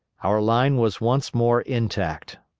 our line was once more intact.